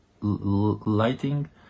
lighting